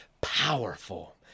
powerful